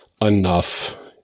enough